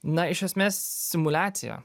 na iš esmės simuliacija